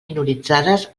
minoritzades